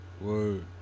word